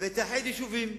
ותאחד יישובים,